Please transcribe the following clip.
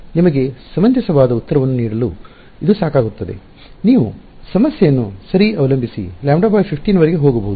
ನಿಮಗೆ ಸಮಂಜಸವಾದ ಉತ್ತರವನ್ನು ನೀಡಲು ಇದು ಸಾಕಾಗುತ್ತದೆ ನೀವು ಸಮಸ್ಯೆಯನ್ನು ಅವಲಂಬಿಸಿ λ15 ವರೆಗೆ ಹೋಗಬಹುದು